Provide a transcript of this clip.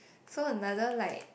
so another like